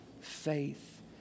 Faith